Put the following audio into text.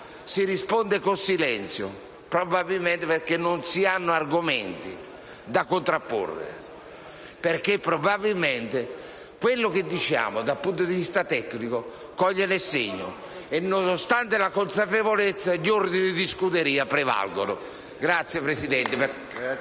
si risponde con il silenzio. Probabilmente non si hanno argomenti da contrapporre; probabilmente quello che diciamo dal punto di vista tecnico coglie nel segno e, nonostante la consapevolezza, gli ordini di scuderia prevalgono. *(Applausi